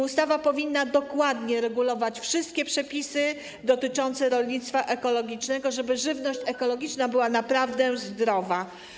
Ustawa powinna dokładnie regulować wszystkie przepisy dotyczące rolnictwa ekologicznego, żeby żywność ekologiczna była naprawdę zdrowa.